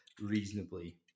reasonably